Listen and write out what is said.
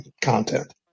content